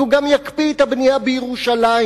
הוא יקפיא גם את הבנייה בירושלים.